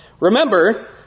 Remember